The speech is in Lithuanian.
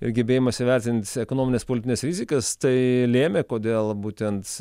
ir gebėjimas įvertint ekonomines politines rizikas tai lėmė kodėl būtent